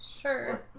Sure